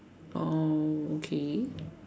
oh okay